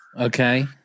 Okay